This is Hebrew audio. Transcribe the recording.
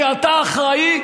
כי אתה אחראי,